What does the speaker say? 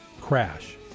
crash